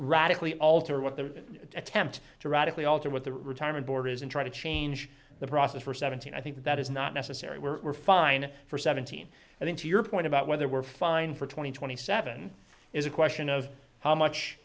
radically alter what the attempt to radically alter what the retirement board is and try to change the process for seventeen i think that is not necessary we're fine for seventeen i think to your point about whether we're fine for twenty twenty seven is a question of how much